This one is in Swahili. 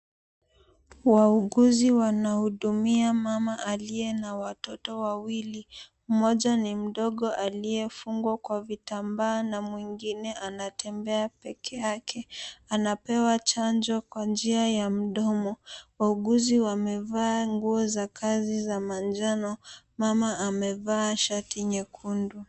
Wauguzi wanahudumia mama aliye na watoto wawili. Mmoja ni mdogo aliyefungwa kwa vitambaa na mwengine anatembea pekee yake. Anapewa chanjo kwa njia ya mdomo. Wauguzi wamevaa nguo za kazi za manjano. Mama amevaa shati nyekundu.